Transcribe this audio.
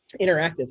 interactive